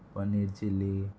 paneer chilly